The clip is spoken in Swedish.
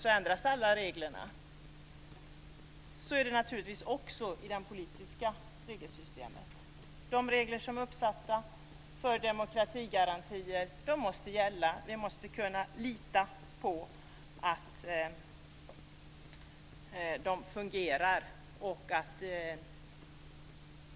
Så är det naturligtvis också i det politiska regelsystemet. De regler som är uppsatta för demokratigarantier måste gälla. Vi måste kunna lita på att de fungerar.